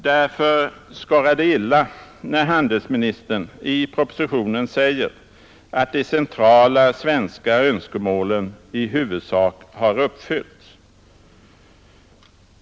Därför skorrar det illa, när handelsministern i propositionen säger att de centrala svenska önskemålen i huvudsak har uppfyllts.